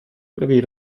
prawie